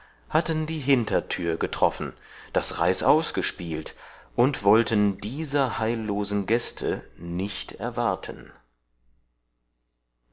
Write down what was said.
hatten die hintertür getroffen das reißaus gespielt und wollten dieser heillosen gäste nicht erwarten